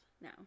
no